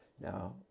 Now